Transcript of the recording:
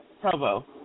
Provo